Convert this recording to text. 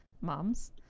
moms